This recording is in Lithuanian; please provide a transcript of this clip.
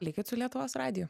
likit su lietuvos radiju